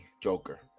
Joker